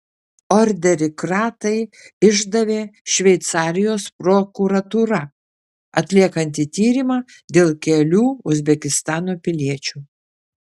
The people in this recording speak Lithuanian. orderį kratai išdavė šveicarijos prokuratūra atliekanti tyrimą dėl kelių uzbekistano piliečių